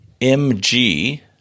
MG